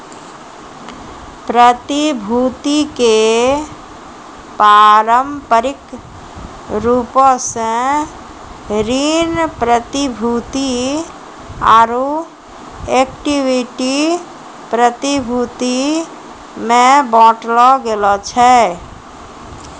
प्रतिभूति के पारंपरिक रूपो से ऋण प्रतिभूति आरु इक्विटी प्रतिभूति मे बांटलो गेलो छै